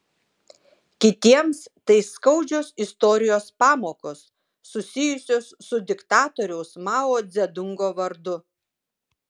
kitiems tai skaudžios istorijos pamokos susijusios su diktatoriaus mao dzedungo vardu